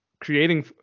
creating